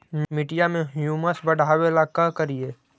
मिट्टियां में ह्यूमस बढ़ाबेला का करिए?